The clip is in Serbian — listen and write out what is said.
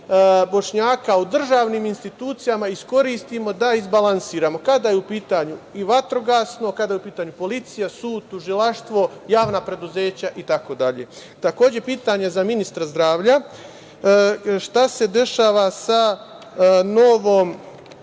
Bošnjaka u državnim institucijama iskoristimo da izbalansiramo kada je u pitanju i vatrogasno, kada je u pitanju policija, sud, tužilaštvo, javna preduzeća itd. Takođe, pitanje za ministra zdravlja šta se dešava sa novom